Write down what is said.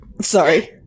Sorry